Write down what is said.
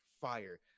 fire